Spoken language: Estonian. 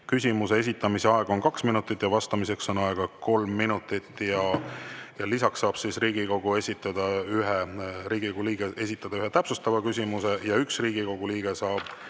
Küsimuse esitamise aeg on kaks minutit ja vastamiseks on aega kolm minutit. Lisaks saab Riigikogu liige esitada ühe täpsustava küsimuse ja üks Riigikogu liige saab